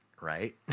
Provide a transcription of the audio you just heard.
Right